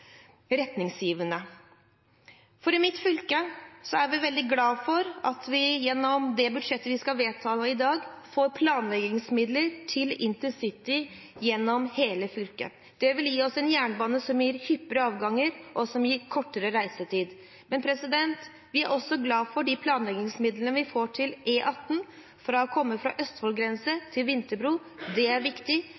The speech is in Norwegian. retningsgivende i dobbel forstand – og la meg gjøre et lite hopp her. I mitt fylke er vi veldig glade for at vi gjennom det budsjettet vi skal vedta i dag, får planleggingsmidler til intercitytog gjennom hele fylket. Det vil gi oss en jernbane med hyppigere avganger og kortere reisetid. Vi er også glade for de planleggingsmidlene vi får til E18 fra Østfold grense